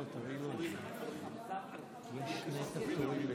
חברי וחברות הכנסת, משפחה יקרה,